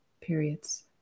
periods